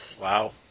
Wow